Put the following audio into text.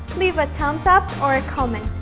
leave a thumbs-up or a comment.